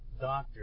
doctor